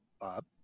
Bob